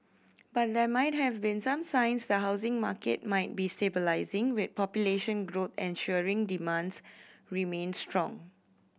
but there might have been some signs the housing market might be stabilising with population growth ensuring demand remains strong